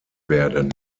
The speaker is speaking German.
werden